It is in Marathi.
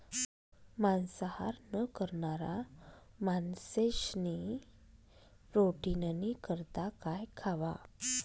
मांसाहार न करणारा माणशेस्नी प्रोटीननी करता काय खावा